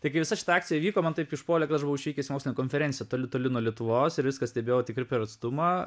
taigi visa šita akcija įvyko man taip išpuolė kad aš buvau išvykęs į nemokslinę konferenciją toli toli nuo lietuvos ir viską stebėjau tikrai per atstumą